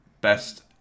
best